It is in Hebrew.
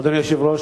אדוני היושב-ראש,